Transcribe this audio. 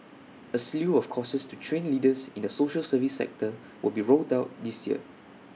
A slew of courses to train leaders in the social service sector will be rolled out this year